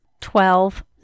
Twelve